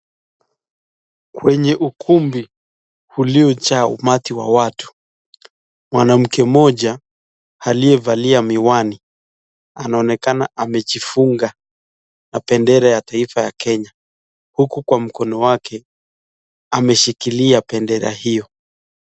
Kwenye ukumbi uliojaa umati wa watu. Mwanamke mmoja aliyevalia miwani anaonekana amejifunga na bendera ya taifa ya Kenya, huku kwa mkono wake ameshikilia bendera hiyo.